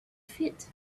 feet